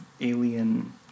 alien